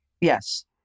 Yes